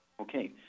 Okay